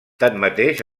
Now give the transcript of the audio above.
tanmateix